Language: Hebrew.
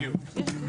בדיוק.